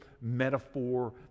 metaphor